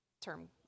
term